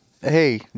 Hey